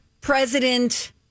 president